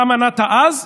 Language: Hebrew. אתה מנעת אז,